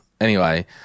Anyway-